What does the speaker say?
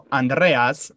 andreas